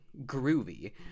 Groovy